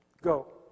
Go